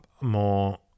more